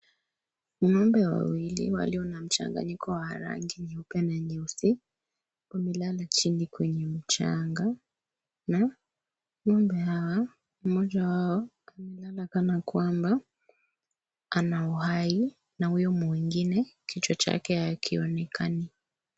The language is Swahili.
Ng'ombe wawili walio na mchanganyiko wa rangi ya nyeupe na nyeusi, wamelala chini Kwa mchanga.